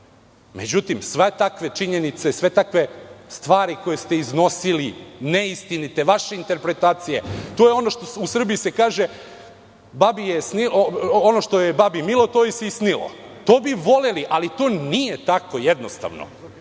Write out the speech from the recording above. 90-te? Međutim, sve takve činjenice, sve takve stvari koje ste iznosili, neistinite, vaše interpretacije. U Srbiji se kaže – ono što je babi milo to joj se i snilo. To bi voleli, ali to nije tako.